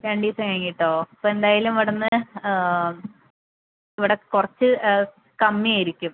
രണ്ട് ദിവസം കഴിഞ്ഞിട്ടോ അപ്പോൾ എന്തായാലും ഇവിടുന്ന് ഇവിടെ കുറച്ച് കമ്മിയായിരിക്കും